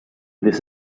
this